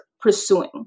pursuing